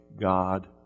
God